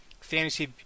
Fantasy